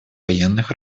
военных